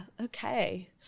okay